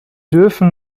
dürfen